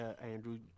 Andrew